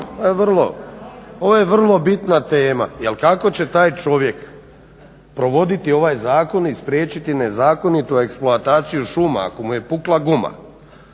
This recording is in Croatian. ovo je vrlo bitna tema kolegice jel kako će taj čovjek provoditi ovaj zakon i spriječiti nezakonitu eksploataciju šuma ako mu je pukla guma.